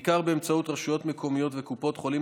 בעיקר באמצעות רשויות מקומיות וקופות החולים,